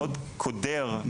מאוד קודר,